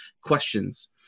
questions